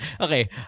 Okay